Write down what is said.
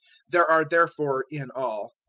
there are therefore, in all,